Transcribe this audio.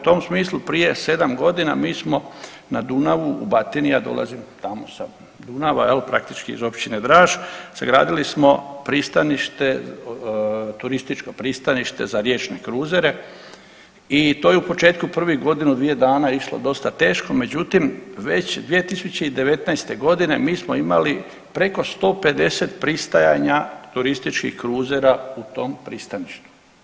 U tom smislu prije 7.g. mi smo na Dunavu u Batini, ja dolazim tamo sa Dunava jel, praktički iz općine Draž, sagradili smo pristanište, turističko pristanište za riječne kruzere i to je u početku prvih godinu dvije dana išlo dosta teško, međutim već 2019.g. mi smo imali preko 150 pristajanja turističkih kruzera u tom pristaništu.